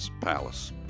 palace